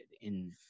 in-